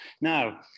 Now